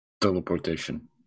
Teleportation